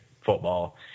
football